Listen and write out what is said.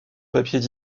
papiers